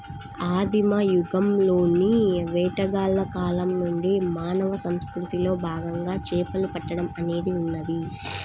ఆదిమ యుగంలోని వేటగాళ్ల కాలం నుండి మానవ సంస్కృతిలో భాగంగా చేపలు పట్టడం అనేది ఉన్నది